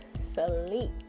sleep